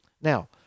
Now